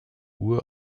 uhr